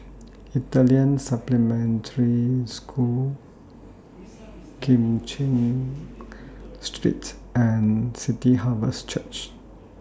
Italian Supplementary School Kim Cheng Street and City Harvest Church